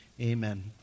Amen